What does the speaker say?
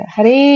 Hari